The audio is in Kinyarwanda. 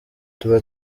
tuba